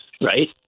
right